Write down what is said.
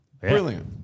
Brilliant